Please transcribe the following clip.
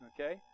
okay